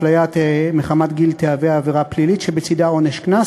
אפליה מחמת גיל תהווה עבירה פלילית שבצדה עונש קנס,